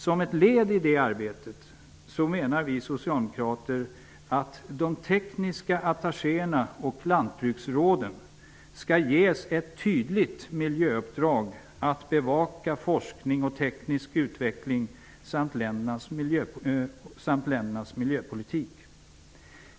Som ett led i detta arbete menar vi socialdemokrater att de tekniska attachéerna och lantbruksråden skall ges ett tydligt miljöuppdrag att bevaka forskning och teknisk utveckling samt ländernas miljöpolitik.